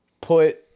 put